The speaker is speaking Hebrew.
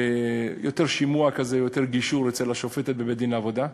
יותר שימוע כזה או יותר גישור אצל השופטת בבית-הדין לעבודה.